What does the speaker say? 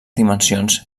dimensions